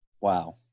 Wow